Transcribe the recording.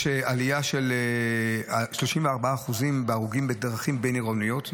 יש עלייה של 34% בהרוגים בדרכים בין-עירוניות,